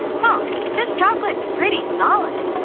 ah this chocolate's pretty solid.